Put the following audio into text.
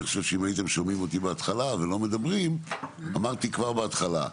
אני חושב שאם הייתם שומעים אותי בהתחלה ולא מדברים אמרתי כבר בהתחלה,